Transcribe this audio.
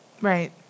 Right